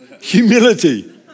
Humility